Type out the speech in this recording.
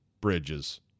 bridges